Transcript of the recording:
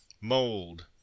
Mold